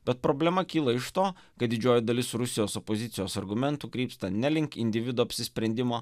bet problema kyla iš to kad didžioji dalis rusijos opozicijos argumentų krypsta ne link individo apsisprendimo